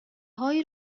هایی